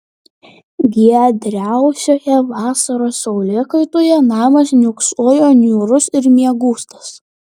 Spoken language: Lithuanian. giedriausioje vasaros saulėkaitoje namas niūksojo niūrus ir miegūstas